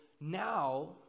now